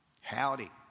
Howdy